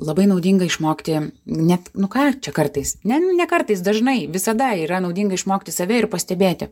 labai naudinga išmokti ne nu ką čia kartais ne ne kartais dažnai visada yra naudinga išmokti save ir pastebėti